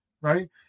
right